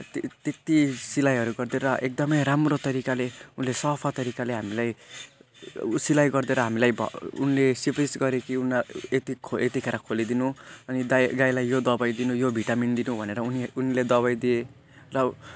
त्य त्यति सिलाइहरू गरिदिएर एकदम राम्रो तरिकाले उसले सफा तरिकाले हामीलाई उयो सिलाइ गरिदिएर हामीलाई भयो उनले सिफारिस गरे कि उनी यति खो यतिखेर खोलिदिनु अनि दाइ गाईलाई यो दबाई दिनु यो भिटामिन दिनु भनेर उनीहरू उनले दबाई दिए ल